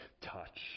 touch